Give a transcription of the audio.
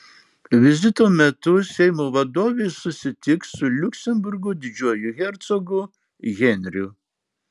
vizito metu seimo vadovė susitiks su liuksemburgo didžiuoju hercogu henriu